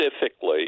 specifically